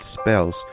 spells